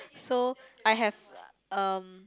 so I have um